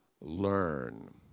learn